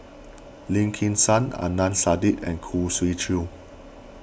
Lim Kim San Adnan Saidi and Khoo Swee Chiow